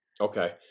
Okay